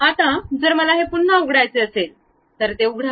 आता जर मला ते पुन्हा उघडायचे असेल तर ते उघडा